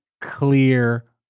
clear